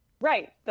Right